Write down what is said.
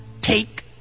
take